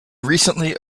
recently